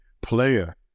player